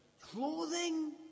clothing